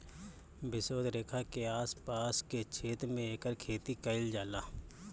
विषवत रेखा के आस पास के क्षेत्र में एकर खेती कईल जाला